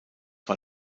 war